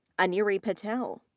aneri patel,